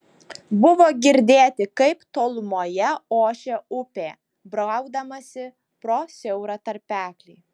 buvo girdėti kaip tolumoje ošia upė braudamasi pro siaurą tarpeklį